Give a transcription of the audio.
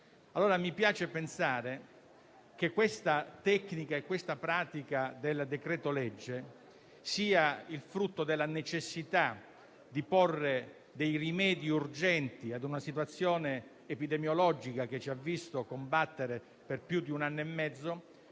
Mi piace pensare che la pratica del decreto-legge sia il frutto della necessità di porre dei rimedi urgenti a una situazione epidemiologica che ci ha visto combattere per più di un anno e mezzo,